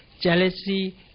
jealousy